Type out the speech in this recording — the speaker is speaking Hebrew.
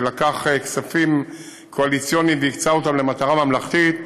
ולקח כספים קואליציוניים והקצה אותם למטרה ממלכתית.